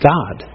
God